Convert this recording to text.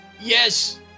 Yes